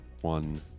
One